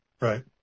Right